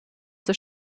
des